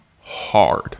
hard